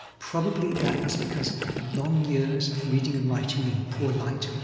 probably that was because of long years of reading and writing in poor light.